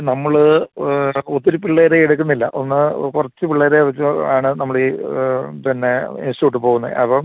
നമ്മള് ഒത്തിരി പിള്ളേരെ എടുക്കുന്നില്ല ഒന്ന് കുറച്ച് പിള്ളേരെ വച്ച് ആണ് നമ്മളീ പിന്നെ ഇൻസ്റ്റിറ്റ്യൂട്ട് പോകുന്നത് അപ്പോള്